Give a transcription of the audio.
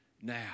now